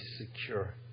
secure